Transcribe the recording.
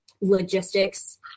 Logistics